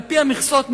על-פי המכסות,